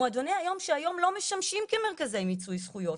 מועדוני היום שהיום לא משמשים כמרכזי מיצוי זכויות,